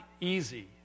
easy